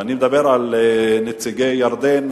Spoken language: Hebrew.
אני מדבר על נציגי ירדן,